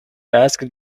asked